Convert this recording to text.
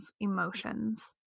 emotions